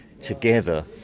together